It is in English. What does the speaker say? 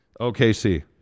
OKC